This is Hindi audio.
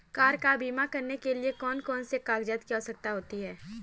कार का बीमा करने के लिए कौन कौन से कागजात की आवश्यकता होती है?